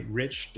rich